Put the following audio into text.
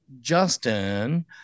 Justin